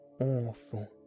awful